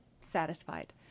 satisfied